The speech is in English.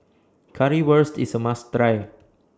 Currywurst IS A must Try